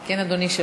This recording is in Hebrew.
כן, אדוני.